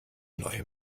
neu